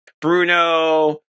Bruno